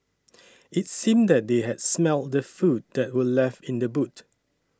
it's seemed that they had smelt the food that were left in the boot